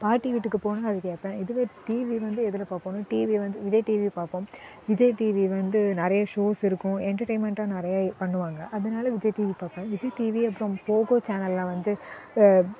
பாட்டி வீட்டுக்கு போனேன்னா அதை கேட்பேன் இதில் டிவி வந்து எதில் பார்ப்போன்னா டிவி வந்து விஜய் டிவி பார்ப்போம் விஜய் டிவி வந்து நிறைய ஷோஸ் இருக்கும் என்டர்டைன்மெண்ட்டாக நிறையா பண்ணுவாங்கள் அதனால் விஜய் டிவி பார்ப்பேன் விஜய் டிவி அப்புறம் போகோ சேனல்ல வந்து